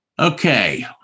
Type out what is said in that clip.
Okay